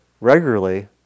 regularly